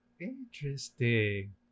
Interesting